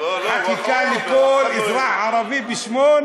חקיקה לכל אזרח ערבי בשמו,